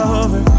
over